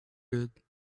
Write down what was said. good